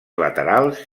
laterals